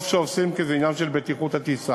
טוב שעושים, כי זה עניין של בטיחות הטיסה,